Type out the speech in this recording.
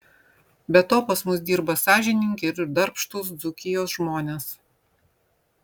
be to pas mus dirba sąžiningi ir darbštūs dzūkijos žmonės